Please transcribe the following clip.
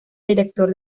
director